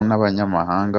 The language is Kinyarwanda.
n’abanyamahanga